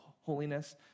holiness